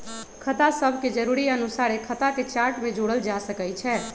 खता सभके जरुरी अनुसारे खता के चार्ट में जोड़ल जा सकइ छै